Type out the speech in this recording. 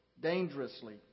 dangerously